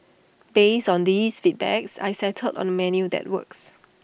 based on these feedbacks I settled on A menu that works